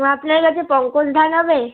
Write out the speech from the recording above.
আপনার কাছে পঙ্কজ ধান হবে